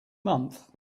month